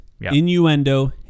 innuendo